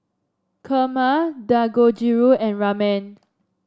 Kheema Dangojiru and Ramen